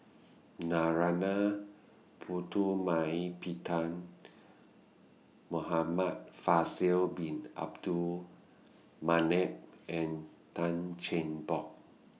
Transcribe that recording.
Narana Putumaippittan Muhamad Faisal Bin Abdul Manap and Tan Cheng Bock